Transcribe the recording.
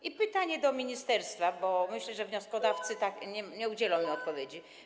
Mam pytanie do ministerstwa, bo myślę, że wnioskodawcy nie udzielą mi odpowiedzi.